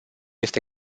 este